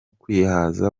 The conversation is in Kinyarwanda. kwihaza